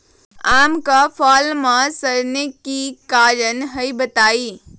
आम क फल म सरने कि कारण हई बताई?